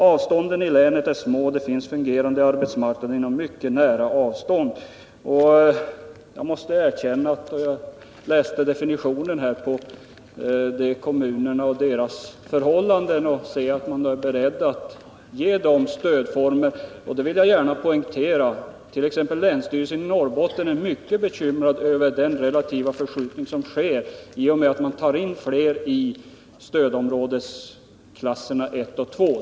Avstånden i länet är små och det finns en fungerande arbetsmarknad. Man är alltså beredd att ge kommuner med sådana förhållanden stöd. Jag vill därför gärna poängtera att t.ex. länsstyrelsen i Norrbotten är mycket bekymrad över den relativa förskjutning som sker i och med att man tarin fler i stödområdesklasserna 1 och 2.